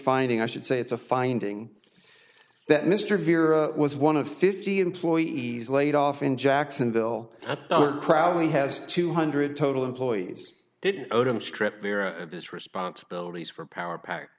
finding i should say it's a finding that mr vierra was one of fifty employees laid off in jacksonville proudly has two hundred total employees didn't vote him stripped of his responsibilities for powerpack